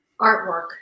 artwork